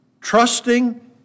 trusting